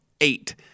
Eight